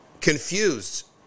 Confused